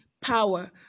power